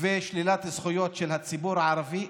ובשלילת זכויות של הציבור הערבי,